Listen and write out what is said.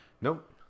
Nope